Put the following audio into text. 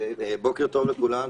בוקר טוב לכולם.